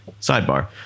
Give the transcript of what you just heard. Sidebar